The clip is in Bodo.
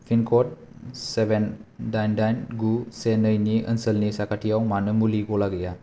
पिनक'ड सेवेन दाइन दाइन गु से नैनि ओनसोलनि साखाथियाव मानो मुलि गला गैया